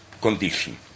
condition